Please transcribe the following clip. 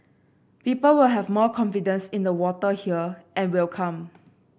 people will have more confidence in the water here and will come